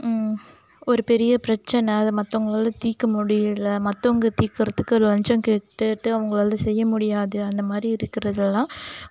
ஒரு பெரிய பிரச்சினை அது மற்றவுங்களால தீர்க்க முடியலை மற்றவுங்க தீர்க்கறதுக்கு லஞ்சம் கேட்டுகிட்டு அவங்களால வந்து செய்ய முடியாது அந்த மாதிரி இருக்கிறதுலலாம்